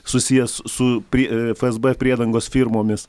susijęs su fsb priedangos firmomis